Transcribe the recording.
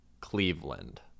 Cleveland